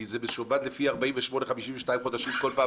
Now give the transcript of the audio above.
כי ההלוואות משועבדות לפי 48 52 חודשים בכל פעם,